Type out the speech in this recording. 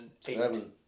Seven